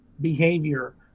behavior